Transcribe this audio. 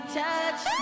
touch